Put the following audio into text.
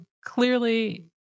clearly